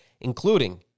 including